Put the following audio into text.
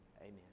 amen